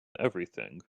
everything